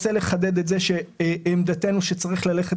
אני רוצה לחדד שעמדתנו היא שצריך ללכת